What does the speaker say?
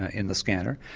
ah in the scanner,